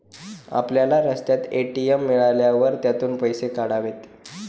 आपल्याला रस्त्यात ए.टी.एम मिळाल्यावर त्यातून पैसे काढावेत